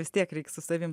vis tiek reik su savim